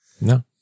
No